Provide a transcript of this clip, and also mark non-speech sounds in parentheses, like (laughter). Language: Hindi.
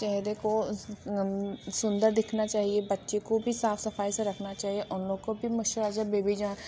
चेहरे को सुन्दर दिखना चाहिए बच्चे को भी भी साफ़ सफ़ाई से रखना चाहिए उन लोग को भी (unintelligible) बेबी जॉन